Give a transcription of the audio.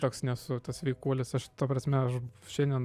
toks nesu sveikuolis aš ta prasme aš šiandien